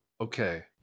okay